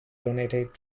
donated